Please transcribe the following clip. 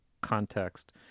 context